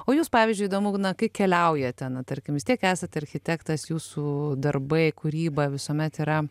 o jūs pavyzdžiui įdomu na kai keliaujate na tarkim vis tiek esat architektas jūsų darbai kūryba visuomet yra